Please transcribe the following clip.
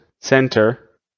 center